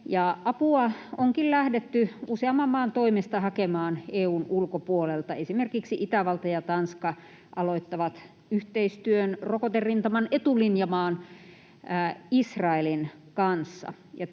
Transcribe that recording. apua onkin lähdetty useamman maan toimesta hakemaan EU:n ulkopuolelta. Esimerkiksi Itävalta ja Tanska aloittavat yhteistyön rokoterintaman etulinjamaan Israelin kanssa.